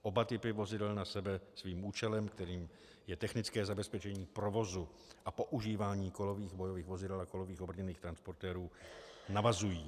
Oba typy vozidel na sebe svým účelem, kterým je technické zabezpečení provozu a používání kolových bojových vozidel a kolových obrněných transportérů, navazují.